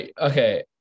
okay